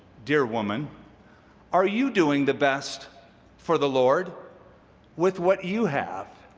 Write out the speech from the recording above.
dear woman are you doing the best for the lord with what you have?